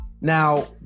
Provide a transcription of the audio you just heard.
Now